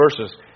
verses